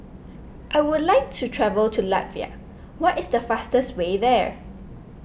I would like to travel to Latvia what is the fastest way there